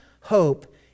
hope